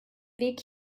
weg